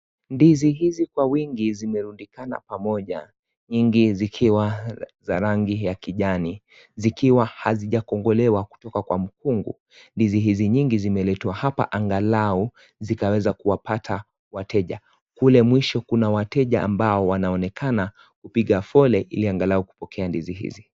Ndizi hizi kwa wingi hizi merudikana pamoja. Nyingi zikiwa za rangi ya kijani. Zikiwa hazijakongolewa kutoka kwa mukungu. Ndizi hizi nyingi zimeletwa hapa angalau zikaweza kuwapata wateja. Kule mwisho kuna wateja ambao wanaonekana kupiga fole ili angalau kupokea ndizi hizi.